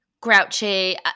grouchy